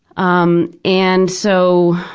um and so,